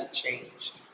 changed